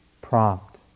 prompt